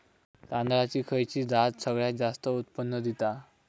तांदळाची खयची जात सगळयात जास्त उत्पन्न दिता?